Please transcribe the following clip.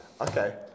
okay